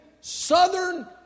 Southern